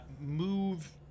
move